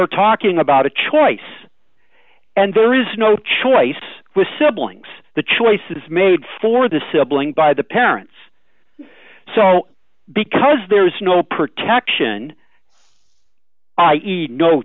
're talking about a choice and there is no choice with siblings the choice is made for the sibling by the parents so because there is no protection i e no